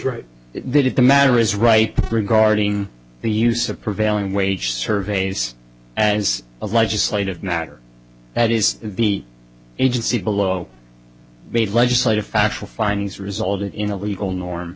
right they did the matter is right regarding the use of prevailing wage surveys and is a legislative matter that is the agency below made legislative factual findings resulted in a legal norm